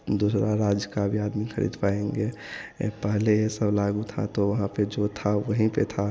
दूसरे राज्य का भी आदमी खरीद पाएँगे यह पहले यह सब लागू था तो वहाँ पर जो था वहीं पर था